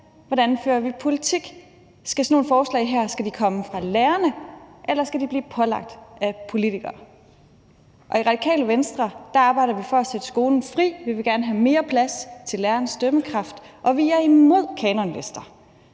Hvordan fører vi politik? Skal sådan nogle forslag her komme fra lærerne, eller skal de blive pålagt af politikerne? I Radikale Venstre arbejder vi for at sætte skolen fri. Vi vil gerne have mere plads til lærernes dømmekraft, og vi er imod kanonlister.